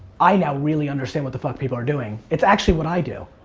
i now really understand what the fuck people are doing. it's actually what i do,